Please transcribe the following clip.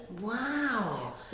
Wow